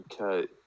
Okay